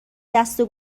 دسته